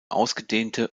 ausgedehnte